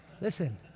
Listen